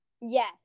Yes